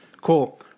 Cool